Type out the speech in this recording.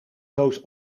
doos